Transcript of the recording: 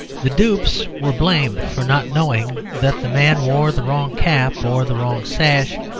the dupes were blamed for not knowing that the man wore the wrong cap or the wrong sash,